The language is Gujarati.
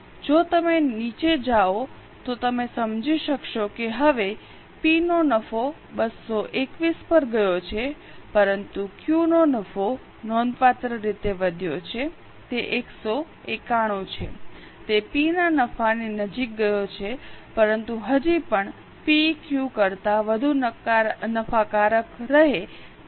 જો તમે નીચે જાઓ છો તો તમે સમજી શકશો કે હવે પી નો નફો 221 પર ગયો છે પરંતુ ક્યૂ નો નફો નોંધપાત્ર રીતે વધ્યો છે તે 191 છે તે પીના નફાની નજીક ગયો છે પરંતુ હજી પણ પી ક્યૂ કરતાં વધુ નફાકારક રહે છે તે મેળવી રહ્યો છે